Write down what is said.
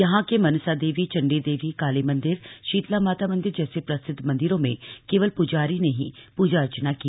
यहां के मनसा देवीए चंडी देवीए काली मंदिरए शीतला माता मंदिर जैसे प्रसिद्ध मंदिरों में केवल प्जारी ने ही पूजा अर्चना की